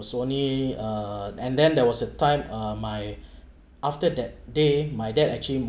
was only uh and then there was a time uh my after that day my dad actually